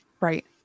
right